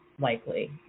likely